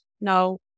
No